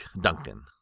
Duncan